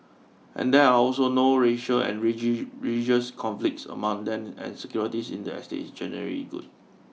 and there are also no racial and religious conflicts among them and security in the estates is generally good